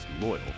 loyal